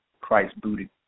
Christ-booted